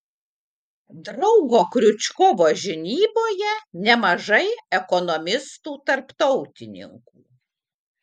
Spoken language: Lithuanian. draugo kriučkovo žinyboje nemažai ekonomistų tarptautininkų